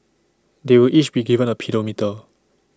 they will each be given A pedometer